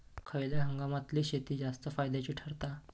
खयल्या हंगामातली शेती जास्त फायद्याची ठरता?